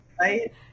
Right